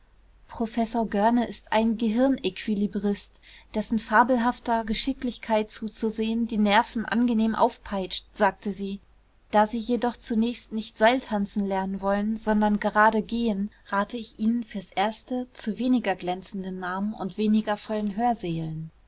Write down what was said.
professor görne ist ein gehirnequilibrist dessen fabelhafter geschicklichkeit zuzusehen die nerven angenehm aufpeitscht sagte sie da sie jedoch zunächst nicht seiltanzen lernen wollen sondern gerade gehen rate ich ihnen fürs erste zu weniger glänzenden namen und weniger vollen hörsälen